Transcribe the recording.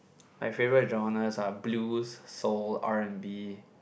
my favourite genres are blues soul R and B